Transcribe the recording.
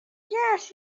yes